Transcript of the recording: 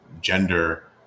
gender